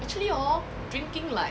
actually hor drinking like